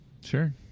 Sure